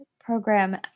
program